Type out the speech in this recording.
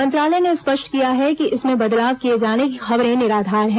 मंत्रालय ने स्पष्ट किया है कि इसमें बदलाव किए जाने की खबरें निराधार हैं